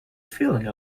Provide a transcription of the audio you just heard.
feeling